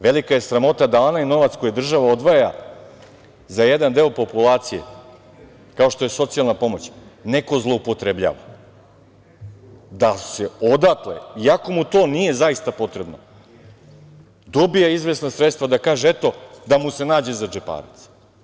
Velika je sramota da onaj novac koji država odvaja za jedan deo populacije kao što je socijalna pomoć, neko zloupotrebljava da odatle, iako mu to nije zaista potrebno, dobija izvesna sredstva da kaže, eto, da mu se nađe za džeparac.